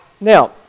Now